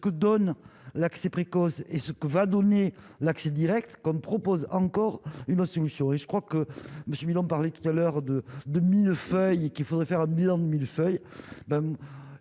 donne l'accès précoce et ce que va donner l'accès Direct comme propose encore une institution et je crois que Monsieur 1000, on parlait tout à l'heure de 2000 feuilles qu'il faudrait faire un bilan de mille-feuilles,